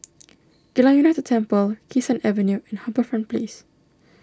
Geylang United Temple Kee Sun Avenue and HarbourFront Place